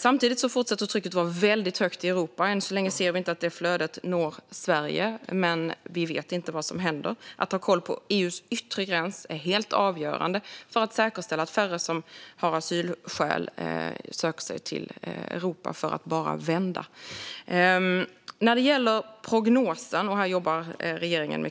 Samtidigt fortsätter trycket i Europa att vara högt. Än så länge når inte det flödet Sverige, men vi vet inte vad som händer. Att ha koll på EU:s yttre gräns är helt avgörande för att säkerställa att färre som har asylskäl söker sig till Europa för att bara vända. Här jobbar regeringen